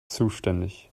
zuständig